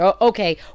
Okay